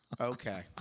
okay